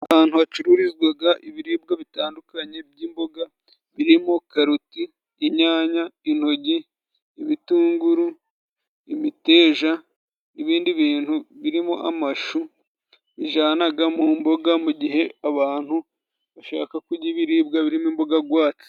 Ahantu hacururizwaga ibiribwa bitandukanye by'imboga birimo: karoti, inyanya, intogi, ibitunguru, imiteja, ibindi bintu birimo: amashu bijanaga mu mboga mu gihe abantu bashaka kurya ibibiribwa birimo imboga gwatsi.